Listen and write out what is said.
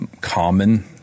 common